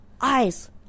eyes